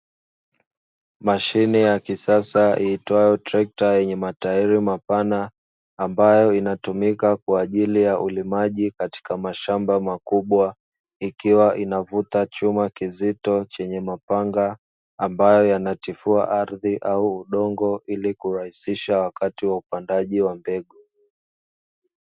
Mashine ya kisasa iitwayo trekta yenye matairi mapana, ambayo inatumika kwa ajili ya ulimaji katika mashamba makubwa. Ikiwa inavuta chuma kizito chenye mapanga ambayo yanatifua ardhi au udongo ili kurahisisha wakati wa upandaji wa mbegu.